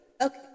Okay